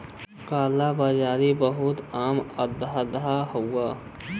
काला बाजारी बहुते आम धंधा हउवे